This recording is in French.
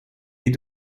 est